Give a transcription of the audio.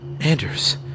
Anders